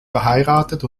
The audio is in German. verheiratet